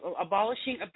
abolishing